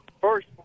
First